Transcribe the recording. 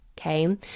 Okay